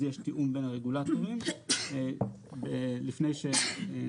אז יש תיאום בין הרגולטורים לפני שנוקטים